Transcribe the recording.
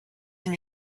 and